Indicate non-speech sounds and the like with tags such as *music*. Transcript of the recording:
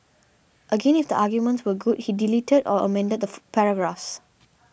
again if the arguments were good he deleted or amended the *unintelligible* paragraphs